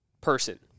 person